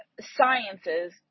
sciences